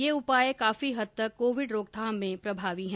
ये उपाय काफी हद तक कोविड रोकथाम में प्रभावी हैं